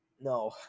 No